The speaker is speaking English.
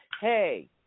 Hey